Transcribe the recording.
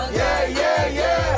yeah yeah